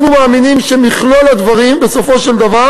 אנחנו מאמינים שמכלול הדברים בסופו של דבר